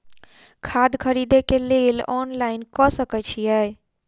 खाद खरीदे केँ लेल ऑनलाइन कऽ सकय छीयै?